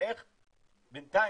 ואיך בינתיים,